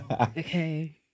Okay